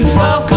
welcome